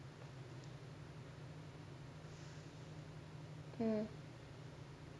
hmm